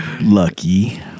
Lucky